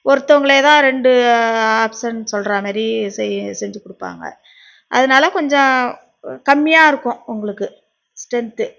ஒருத்தவர்களே தான் ரெண்டு ஆப்ஷன் சொல்ற மாரி செய் செஞ்சு கொடுப்பாங்க அதனால் கொஞ்சம் கம்மியாக இருக்கும் உங்களுக்கு ஸ்ட்ரென்த்து